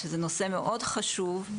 שזה נושא מאוד מאוד חשוב,